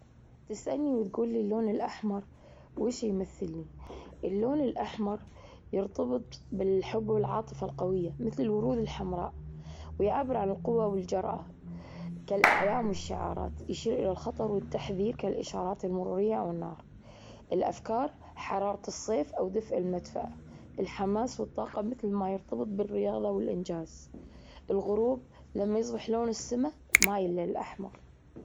تسألني وتجولي اللون الأحمر وش يمثلي؟ اللون الأحمر يرتبط بالحب والعاطفة القوية مثل الورود الحمراء. ويعبر عن القوة والجرأة كالأعلام والشعارات. يشير إلى الخطر والتحذير كالإشارات المرورية أو النار. الأفكار حرارة الصيف أو دفء المدفأة. الحماس والطاقة مثل ما يرتبط بالرياضة والإنجاز. الغروب لما يصبح لون السما مايل للأحمر.